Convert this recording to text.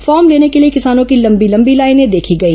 form लेने के लिए किसानों की लंबी लंबी लाइनें देखी गई